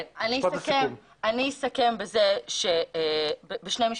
כן, אני אסכם בשני משפטים.